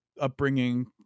upbringing